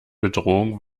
bedrohung